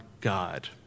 God